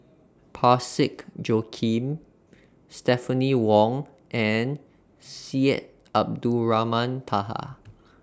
Parsick Joaquim Stephanie Wong and Syed Abdulrahman Taha